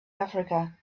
africa